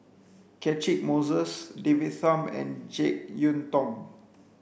Catchick Moses David Tham and Jek Yeun Thong